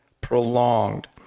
prolonged